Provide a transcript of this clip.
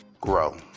Grow